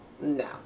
No